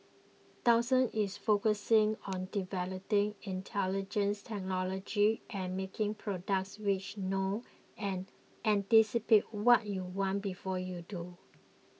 Dyson is focusing on developing intelligent technology and making products which know and anticipate what you want before you do